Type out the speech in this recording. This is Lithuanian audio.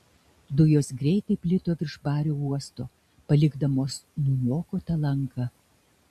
dujos greitai plito virš bario uosto palikdamos nuniokotą lanką